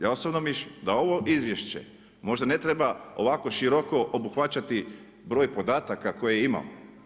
Ja osobno mislim, da ovo izvješće možda ne treba ovako široko obuhvaćati broj podataka koje imamo.